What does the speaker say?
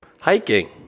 hiking